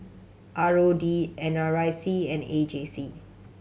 R O D N R I C and A J C